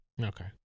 Okay